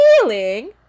feeling